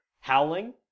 howling